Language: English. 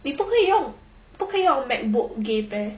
你不可以用 macbook game meh